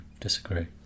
disagree